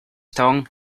tongue